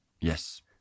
Yes